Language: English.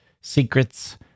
secrets